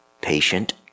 patient